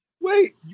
Wait